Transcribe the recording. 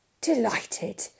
Delighted